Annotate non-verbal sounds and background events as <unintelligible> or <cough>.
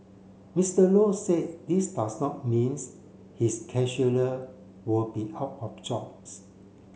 Mister Low said this does not means his <unintelligible> will be out of jobs